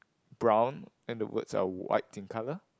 brown and the words are white in colour